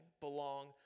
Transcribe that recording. belong